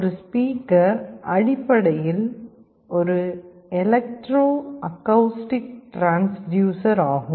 ஒரு ஸ்பீக்கர் அடிப்படையில் ஒரு எலக்ட்ரோ அக்கௌஸ்டிக் டிரான்ஸ்டியூசர் ஆகும்